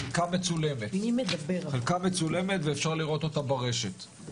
חלקה מצולמת ואפשר לראות אותה ברשת.